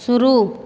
शुरू